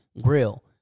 grill